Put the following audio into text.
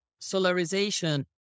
solarization